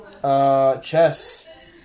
Chess